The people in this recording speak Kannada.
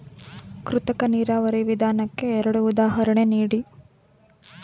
ಕೃತಕ ನೀರಾವರಿ ವಿಧಾನಕ್ಕೆ ಎರಡು ಉದಾಹರಣೆ ನೀಡಿ?